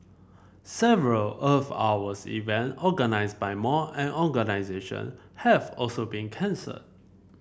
several Earth Hours event organised by mall and organisation have also been cancelled